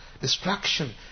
destruction